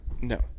No